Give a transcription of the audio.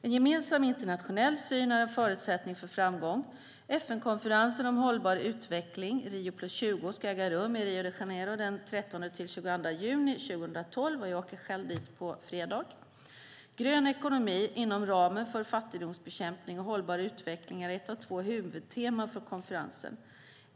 En gemensam internationell syn är en förutsättning för framgång. FN-konferensen om hållbar utveckling, Rio + 20, ska äga rum i Rio de Janeiro den 13-22 juni 2012. Jag åker själv dit på fredag. Grön ekonomi inom ramen för fattigdomsbekämpning och hållbar utveckling är ett av två huvudteman för konferensen.